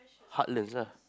heartlands lah